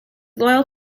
loyal